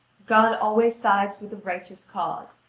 god always sides with the righteous cause,